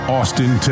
Austin